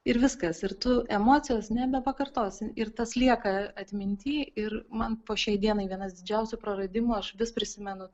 ir viskas ir tu emocijos nebepakartosi ir tas lieka atminty ir man po šiai dienai vienas didžiausių praradimų aš vis prisimenu